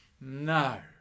No